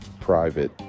private